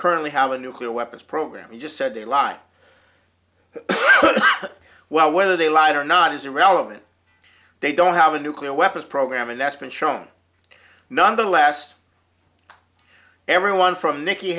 currently have a nuclear weapons program he just said they lie well whether they lied or not is irrelevant they don't have a nuclear weapons program and that's been shown nonetheless everyone from ni